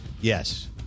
yes